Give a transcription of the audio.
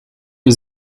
wir